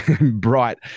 bright